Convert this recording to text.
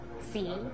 See